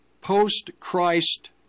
post-Christ